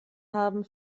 haben